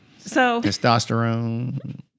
testosterone